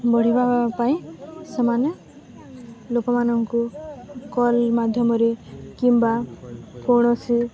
ବଢ଼ିବା ପାଇଁ ସେମାନେ ଲୋକମାନଙ୍କୁ କଲ୍ ମାଧ୍ୟମରେ କିମ୍ବା କୌଣସି